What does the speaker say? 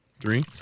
three